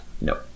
No